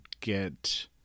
get